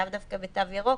לאו דווקא בתו ירוק,